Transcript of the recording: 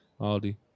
Aldi